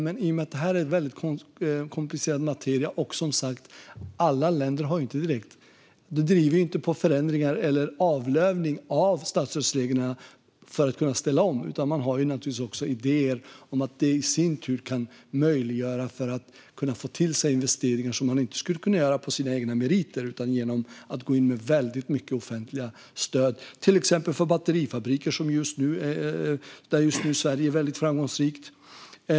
Men det är komplicerad materia, och det är som sagt inte direkt alla länder som driver på för ändringar och avlövning av statsstödsreglerna för att kunna ställa om. Man har också idéer om att det i sin tur kan göra det möjligt att få till sig investeringar som man inte skulle kunna få på egna meriter utan att gå in med väldigt stora offentliga stöd, till exempel för batterifabriker. Där är Sverige just nu väldigt framgångsrikt.